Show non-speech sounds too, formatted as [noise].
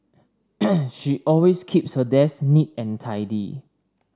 [noise] she always keeps her desk neat and tidy